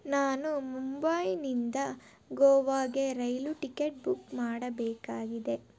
ನಾನು ಮುಂಬೈನಿಂದ ಗೋವಾಗೆ ರೈಲ್ ಟಿಕೆಟ್ ಬುಕ್ ಮಾಡಬೇಕಾಗಿದೆ